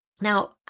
Now